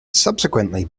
subsequently